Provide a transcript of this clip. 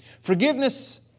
Forgiveness